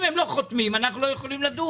אם הם לא חותמים, אנחנו לא יכולים לדון.